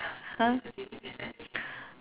!huh!